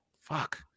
Fuck